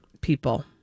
People